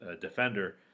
defender